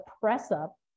press-up